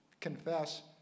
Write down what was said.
confess